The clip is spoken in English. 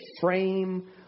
frame